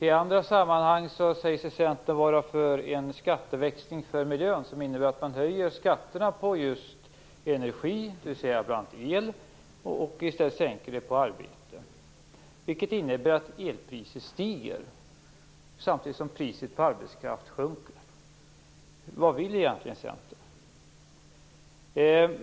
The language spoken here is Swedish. I andra sammanhang säger sig Centern vara för en skatteväxling för miljön som innebär att man höjer skatterna på just energi, dvs. bl.a. el, och i stället sänker dem på arbete, vilket innebär att elpriset stiger samtidigt som priset på arbetskraft sjunker. Vad vill egentligen Centern?